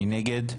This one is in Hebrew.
מי נגד?